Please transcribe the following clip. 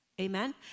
Amen